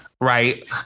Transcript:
right